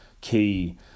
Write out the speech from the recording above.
key